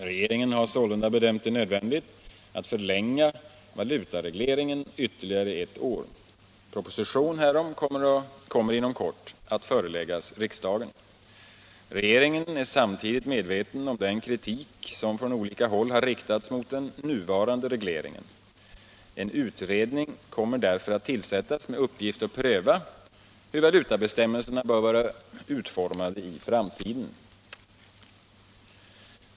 Regeringen har sålunda bedömt det nödvändigt att förlänga valutaregleringen ytterligare ett år. Proposition härom kommer inom kort att föreläggas riksdagen. Regeringen är samtidigt medveten om den kritik som från olika håll har riktats mot den nuvarande regleringen. En utredning kommer därför att tillsättas med uppgift att pröva hur valutabestämmelserna bör vara utformade i framtiden.